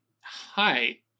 Hi